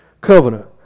covenant